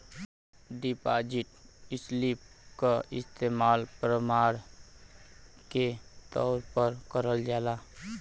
deposit slip क इस्तेमाल प्रमाण के तौर पर करल जाला